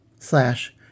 slash